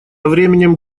временем